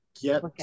get